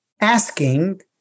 asking